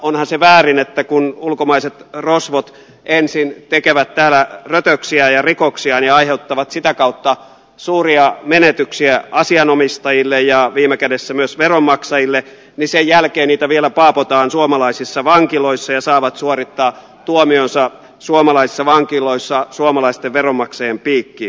onhan se väärin että kun ulkomaiset rosvot ensin tekevät täällä rötöksiään ja rikoksiaan ja aiheuttavat sitä kautta suuria menetyksiä asianomistajille ja viime kädessä myös veronmaksajille niin sen jälkeen heitä vielä paapotaan suomalaisissa vankiloissa ja he saavat suorittaa tuomionsa suomalaisissa vankiloissa suomalaisten veronmaksajien piikkiin